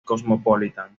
cosmopolitan